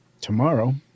tomorrow